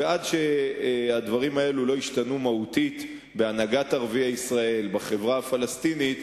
ועד שהדברים האלה לא ישתנו מהותית בהנהגת ערבי ישראל ובחברה הפלסטינית,